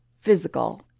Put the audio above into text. physical